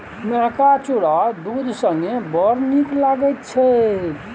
मेहका चुरा दूध संगे बड़ नीक लगैत छै